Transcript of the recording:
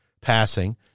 passing